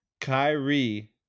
Kyrie